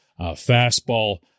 fastball